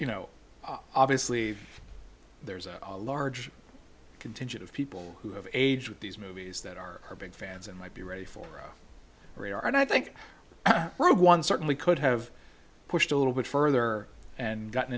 you know obviously there's a large contingent of people who have age with these movies that are big fans and might be ready for and i think one certainly could have pushed a little bit further and gotten